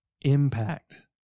impact